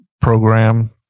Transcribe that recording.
program